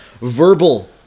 verbal